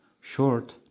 Short